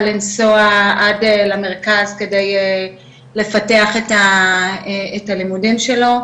לנסוע עד למרכז כדי לפתח את לימודים שלו,